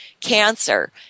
cancer